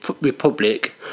republic